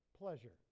pleasure